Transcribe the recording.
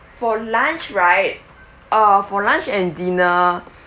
for lunch right uh for lunch and dinner